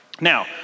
Now